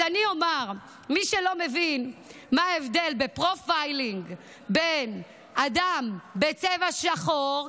אני אומר: מי שלא מבין מה ההבדל בפרופיילינג בין אדם בצבע שחור,